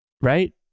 right